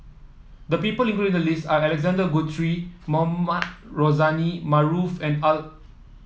the people included in the list are Alexander Guthrie Mohamed Rozani Maarof and Al